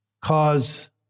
cause